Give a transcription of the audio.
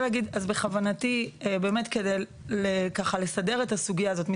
כדי לסדר את הסוגיה הזאת,